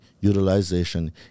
utilization